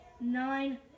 nine